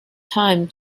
time